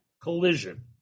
collision